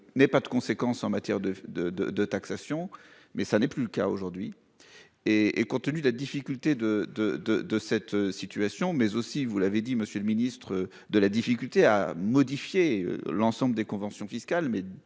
ne n'aient pas de conséquences en matière de de de de taxation, mais ça n'est plus le cas aujourd'hui. Et, et compte tenu de la difficulté de de de de cette situation mais aussi vous l'avez dit, monsieur le ministre de la difficulté à modifier l'ensemble des conventions fiscales